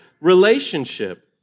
relationship